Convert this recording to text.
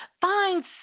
Find